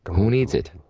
who needs it?